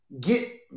get